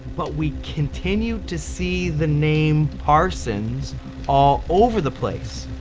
but we continue to see the name parsons all over the place!